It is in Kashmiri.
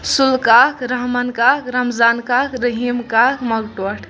سُلہٕ کاک رحمان کاک رَمضان کاک رٔحیٖم کاک مَگہٕ ٹوٹھ